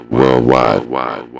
Worldwide